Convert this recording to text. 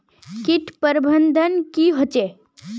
किट प्रबन्धन की होचे?